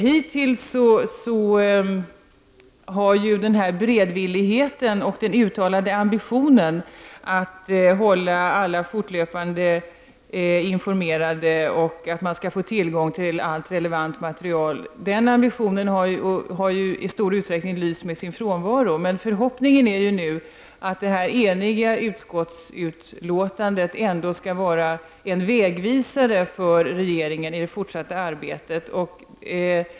Hittills har ju beredvilligheten och den uttalade ambitionen att fortlöpande hålla alla informerade och att ge tillgång till allt relevant material i stor utsträckning lyst med sin frånvaro. Förhoppningen är nu att det eniga utskottsbetänkandet ändå skall vara en vägvisare för regeringen i det fortsatta arbetet.